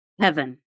Heaven